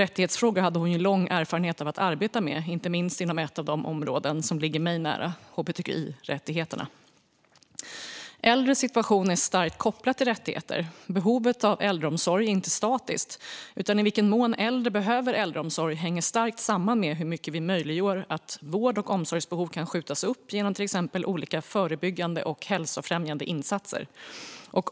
Rättighetsfrågor hade hon lång erfarenhet av att arbeta med, inte minst inom ett av de områden som ligger mig nära: hbtqi-rättigheterna. Äldres situation är starkt kopplad till rättigheter. Behovet av äldreomsorg är inte statiskt, utan i vilken mån äldre behöver äldreomsorg hänger starkt samman med hur mycket vi möjliggör att vård och omsorgsbehov kan skjutas upp genom till exempel olika förebyggande och hälsofrämjande insatser.